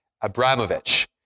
Abramovich